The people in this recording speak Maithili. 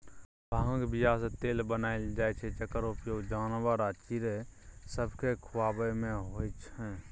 भांगक बीयासँ तेल बनाएल जाइ छै जकर उपयोग जानबर आ चिड़ैं सबकेँ खुआबैमे होइ छै